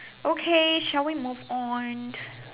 okay shall we move on